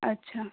अच्छा